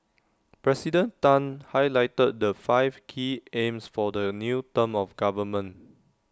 President Tan highlighted the five key aims for the new term of government